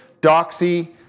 DOXY